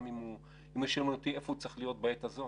אם היו שואלים אותי איפה הוא צריך להיות בעת הזו